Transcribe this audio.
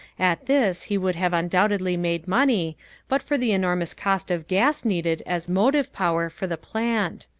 at this he would have undoubtedly made money but for the enormous cost of gas needed as motive-power for the plant.